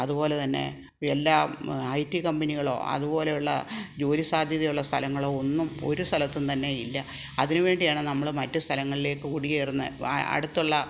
അതുപോലെതന്നെ എല്ലാം I T കമ്പനികളോ അതുപോലെയുള്ള ജോലി സാധ്യതയുള്ള സ്ഥലങ്ങളോ ഒന്നും ഒരു സ്ഥലത്തും തന്നെയില്ല അതിനുവേണ്ടിയാണ് നമ്മൾ മറ്റു സ്ഥലങ്ങളിലേയ്ക്ക് കുടിയേറുന്നത് അടുത്തുള്ള